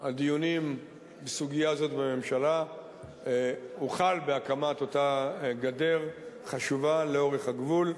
הדיונים בסוגיה הזאת בממשלה הוחל בהקמת אותה גדר חשובה לאורך הגבול.